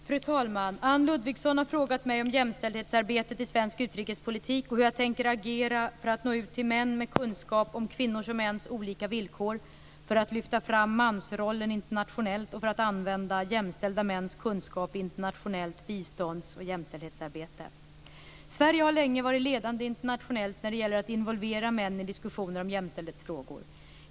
Fru talman! Anne Ludvigsson har frågat mig om jämställdhetsarbetet i svensk utrikespolitik och hur jag tänker agera för att nå ut till män med kunskap om kvinnors och mäns olika villkor, för att lyfta fram mansrollen internationellt och för att använda jämställda mäns kunskap i internationellt bistånds och jämställdhetsarbete. Sverige har länge varit ledande internationellt när det gäller att involvera män i diskussioner om jämställdhetsfrågor.